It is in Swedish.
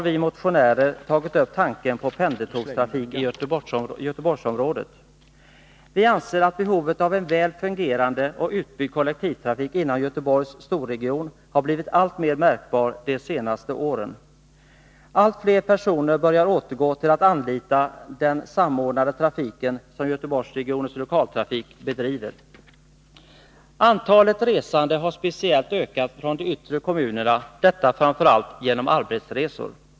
Vi anser att behovet av en väl fungerande och utbyggd kollektivtrafik inom Göteborgs storregion har blivit alltmer märkbart de senaste åren. Allt fler personer börjar återgå till att anlita den samordnade trafik som Göteborgsregionens Lokaltrafik bedriver. Antalet resande har ökat speciellt från de yttre kommunerna, detta framför allt genom arbetsresor.